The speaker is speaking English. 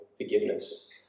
forgiveness